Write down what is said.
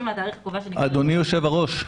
אדוני היושב-ראש,